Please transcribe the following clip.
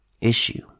issue